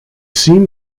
seem